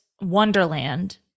wonderland